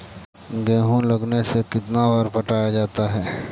गेहूं लगने से कितना बार पटाया जाता है?